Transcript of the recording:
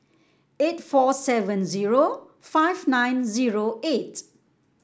eight four seven zero five nine zero eight